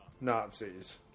Nazis